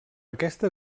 aquesta